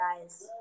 guys